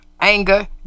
anger